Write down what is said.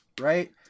right